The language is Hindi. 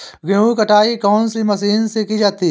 गेहूँ की कटाई कौनसी मशीन से की जाती है?